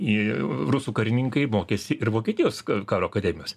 į rusų karininkai mokėsi ir vokietijos karo akademijos